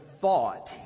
thought